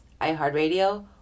iHeartRadio